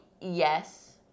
yes